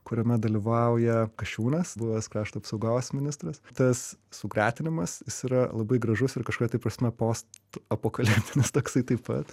kuriame dalyvauja kasčiūnas buvęs krašto apsaugos ministras tas sugretinimas jis yra labai gražus ir kažkokia prasme postapokaliptinis jis toksai taip pat